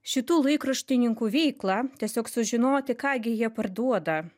šitų laikraštininkų veiklą tiesiog sužinoti ką gi jie parduoda